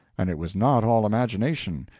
and it was not all imagination,